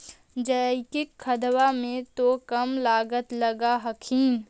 जैकिक खदबा मे तो कम लागत लग हखिन न?